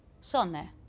sonne